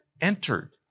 entered